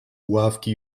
ławki